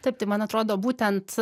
taip tai man atrodo būtent